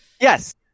Yes